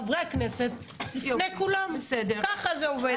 חברי כנסת לפני כולם, ככה זה עובד.